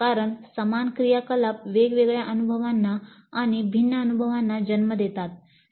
कारण समान क्रियाकलाप वेगवेगळ्या अनुभवांना आणि भिन्न अनुभवांना जन्म देतात